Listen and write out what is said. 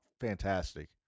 fantastic